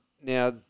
now